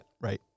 Right